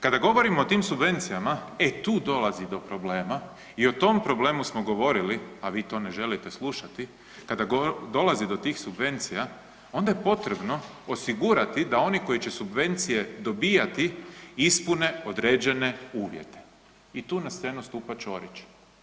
Kada govorimo o tim subvencijama, e tu dolazi do problema i o tom problemu smo govorili, a vi to ne želite slušati, kada dolazi do tih subvencija, onda je potrebno osigurati da oni koji će subvencije dobijati, ispune određene uvjete i tu na scenu stupa Ćorić.